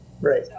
Right